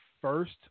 first